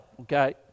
Okay